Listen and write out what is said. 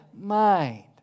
mind